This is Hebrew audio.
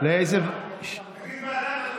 תגיד ועדה.